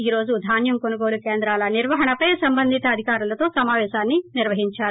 ఈరోజు ధాన్యం కోనుగోలు కేంద్రాల నిర్వహణపై సంబంధిత అధికారులతో సమాపేశాన్ని నిర్వహించారు